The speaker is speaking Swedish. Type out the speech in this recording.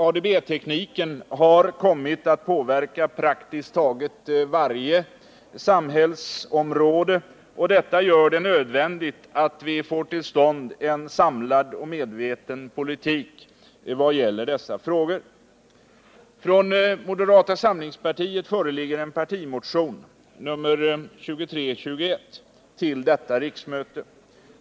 ADB tekniken har kommit att påverka praktiskt taget varje samhällsområde, och detta gör det nödvändigt att vi får till stånd en samlad och medveten politik i vad gäller dessa frågor. Från moderata samlingspartiet föreligger en partimotion, nr 2321, till detta riksmöte.